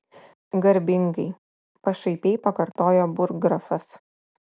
garbingai pašaipiai pakartojo burggrafas